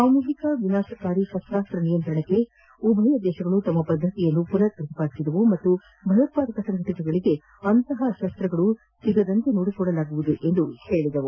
ಸಾಮೂಹಿಕ ವಿನಾಶ ಶಸ್ತ್ರಾಸ್ತ್ರ ನಿಯಂತ್ರಣಕ್ಕೆ ಉಭಯ ದೇಶಗಳು ತಮ್ಮ ಬದ್ದತೆಯನ್ನು ಪುನರ್ ಪ್ರತಿಪಾದಿಸಿದವು ಮತ್ತು ಭಯೋತ್ಪಾದಕ ಸಂಘಟನೆಗಳಿಗೆ ಅಂತಹ ಅಸ್ತ್ರಗಳು ಸಿಗದಂತೆ ನೋಡಿಕೊಳ್ಳಲಾಗುವುದು ಎಂದು ಹೇಳಿದವು